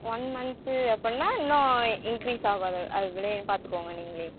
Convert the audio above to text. one month அப்படினா இன்னும் increase ஆகாது அதுக்குள்ளேயே பார்த்துக்கோங்க நீங்களே